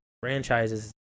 franchises